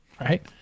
right